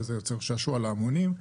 וזה יוצר שעשוע להמונים.